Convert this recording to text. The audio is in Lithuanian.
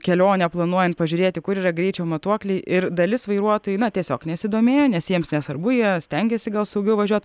kelionę planuojant pažiūrėti kur yra greičio matuokliai ir dalis vairuotojų na tiesiog nesidomėjo nes jiems nesvarbu jie stengiasi gal saugiau važiuot